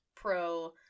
pro